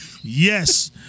Yes